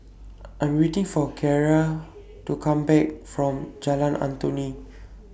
I'm waiting For Kiera to Come Back from Jalan Antoi